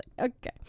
okay